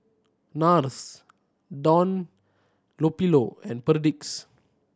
Nars Dunlopillo and Perdix